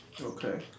Okay